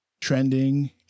trending